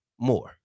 more